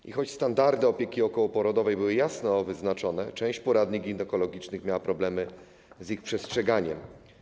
I choć standardy opieki okołoporodowej były jasno wyznaczone, część poradni ginekologicznych miała problemy z ich przestrzeganiem.